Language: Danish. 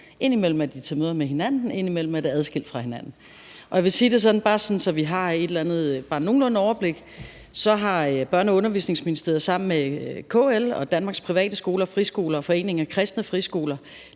Indimellem er de til møde med hinanden, indimellem er det adskilt fra hinanden. Jeg vil sige det sådan – bare så vi har et nogenlunde overblik – at Børne- og Undervisningsministeriet sammen med KL, Danmarks Private Skoler, Dansk Friskoleforening og Foreningen af Kristne Friskoler